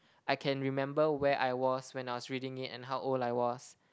I can remember where I was when I was reading it and how old I was